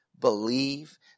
believe